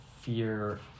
fear